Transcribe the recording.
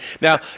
Now